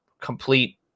complete